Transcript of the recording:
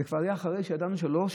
זה כבר היה אחרי שידענו שלא,